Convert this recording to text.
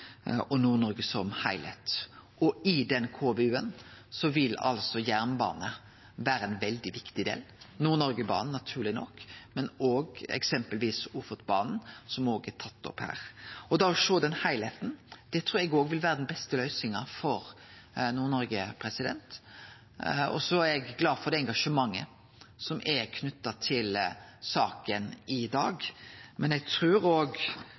I den KVU-en vil altså jernbane vere ein veldig viktig del: Nord-Noregbanen, naturleg nok, men eksempelvis òg Ofotbanen, som er tatt opp her. Å sjå den heilskapen trur eg vil vere den beste løysinga for Nord-Noreg. Eg er glad for engasjementet som er knytt til saka i dag. Men eg trur